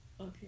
okay